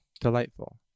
delightful